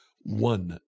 one